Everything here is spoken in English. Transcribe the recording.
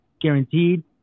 guaranteed